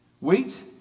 Wait